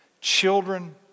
children